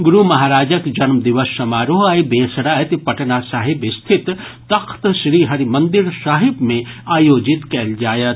गुरू महाराजक जन्म दिवस समारोह आइ बेस राति पटना साहिब स्थित तख्त श्रीहरिमंदिर साहिब मे आयोजित कयल जायत